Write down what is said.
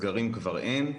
סגרים כבר אין.